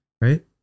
right